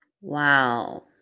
Wow